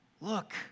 look